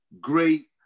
great